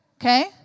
Okay